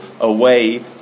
away